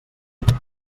vindrà